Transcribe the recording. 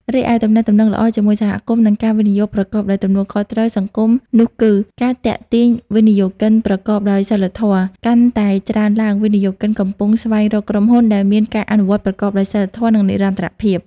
រីឯ ទំនាក់ទំនងល្អជាមួយសហគមន៍ និងការវិនិយោគប្រកបដោយទំនួលខុសត្រូវសង្គមនោះគឺ ការទាក់ទាញវិនិយោគិនប្រកបដោយសីលធម៌: កាន់តែច្រើនឡើង វិនិយោគិនកំពុងស្វែងរកក្រុមហ៊ុនដែលមាន ការអនុវត្តប្រកបដោយសីលធម៌ និងនិរន្តរភាព។